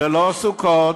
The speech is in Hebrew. ללא סוכות,